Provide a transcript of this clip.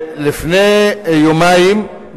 לפני יומיים,